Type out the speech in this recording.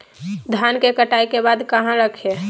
धान के कटाई के बाद कहा रखें?